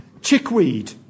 chickweed